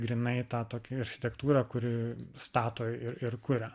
grynai tą tokią architektūrą kuri stato ir ir kuria